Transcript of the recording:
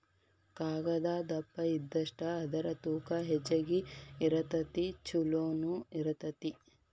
ಕಾಗದಾ ದಪ್ಪ ಇದ್ದಷ್ಟ ಅದರ ತೂಕಾ ಹೆಚಗಿ ಇರತತಿ ಚುಲೊನು ಇರತತಿ